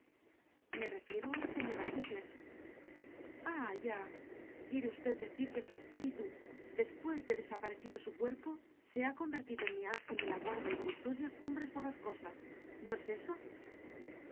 me refiero a la señora heathcliff ah ya quiere usted decir que su espíritu después de desaparecido su cuerpo se ha convertido en mi ángel de la guarda y custodia cumbres borrascosas no es eso